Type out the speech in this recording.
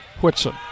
Whitson